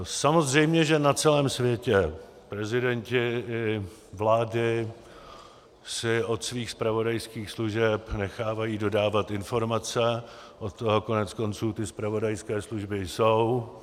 Samozřejmě, že na celém světě prezidenti i vlády si od svých zpravodajských služeb nechávají dodávat informace, od toho koneckonců ty zpravodajské služby jsou.